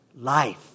life